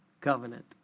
covenant